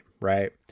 right